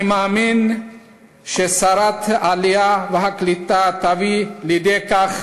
אני מאמין ששרת העלייה והקליטה תביא לידי כך